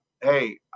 hey